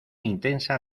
intensa